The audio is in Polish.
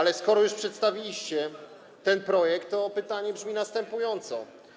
Ale skoro już przedstawiliście ten projekt, pytanie brzmi następująco.